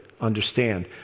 understand